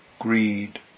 greed